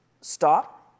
stop